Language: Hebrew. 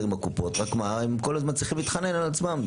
בקופות אלא הם כל הזמן צריכים להתחנן על עצמם.